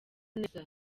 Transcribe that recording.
neza